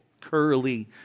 curly